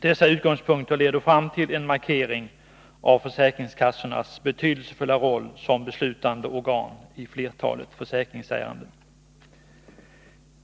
Dessa utgångs 53 punkter leder fram till en markering av försäkringskassornas betydelsefulla roll som beslutande organ i flertalet försäkringsärenden.